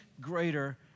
greater